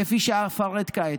כפי שאפרט כעת.